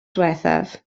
ddiwethaf